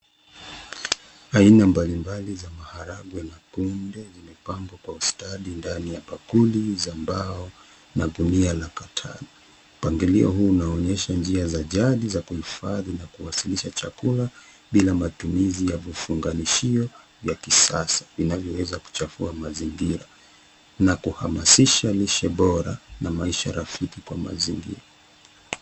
Aina mbalimbali za maharagwe na kunde zimepangwa kwa ustadi ndani ya bakuli za mbao na gunia la katana. Mpangilio huu unanyesha njia za jali za kuhifadhi na kuwasilisha chakula bila matumizi ya vifunganishio ya kisasa vinavyoweza kuchafua mazingira na kuhamasisha lishe bora na maisha rafiki kwa mazingira.